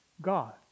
God